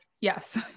yes